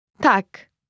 Tak